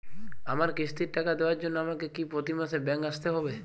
আমার কিস্তির টাকা দেওয়ার জন্য আমাকে কি প্রতি মাসে ব্যাংক আসতে হব?